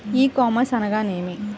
ఈ కామర్స్ అనగానేమి?